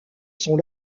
sont